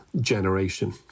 generation